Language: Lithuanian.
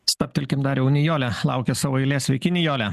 stabtelkim dariau nijolė laukia savo eilės sveiki nijole